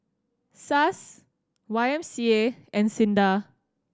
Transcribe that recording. SUSS Y M C A and SINDA